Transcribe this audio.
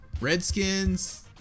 Redskins